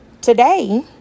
Today